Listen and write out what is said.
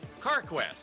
CarQuest